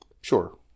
sure